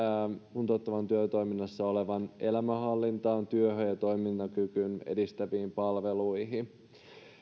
kuntouttavassa työtoiminnassa olevan elämänhallintaa työ ja toimintakykyä edistäviin palveluihin